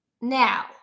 Now